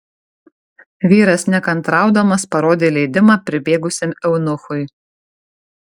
vyras nekantraudamas parodė leidimą pribėgusiam eunuchui